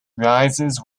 rises